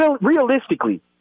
realistically